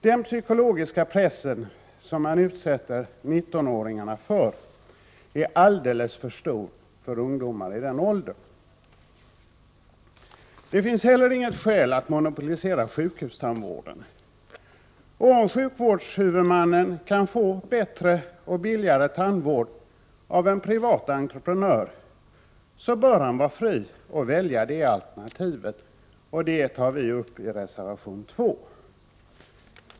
Den psykologiska pressen som man utsätter 19-åringarna för är alldeles för stor för ungdomar i den åldern. Det finns heller inget skäl att monopolisera sjukhustandvården. Om sjukvårdshuvudmannen kan anordna en bättre och billigare tandvård genom en privat entreprenör så bör han vara fri att välja det alternativet. Detta tar vi upp i reservation 2.